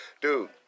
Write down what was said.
dude